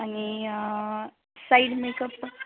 आणि side makeup